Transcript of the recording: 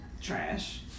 trash